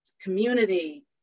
Community